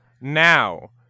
Now